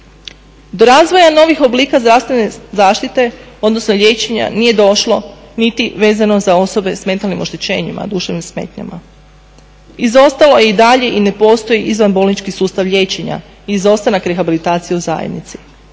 Do razvoja novih oblika zdravstvene zaštite odnosno liječenja nije došlo niti vezano za osobe s mentalnim oštećenjima, duševnim smetnjama. Izostalo je i dalje i ne postoji izvanbolnički sustav liječenja, izostanak rehabilitacije u zajednici.